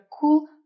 cool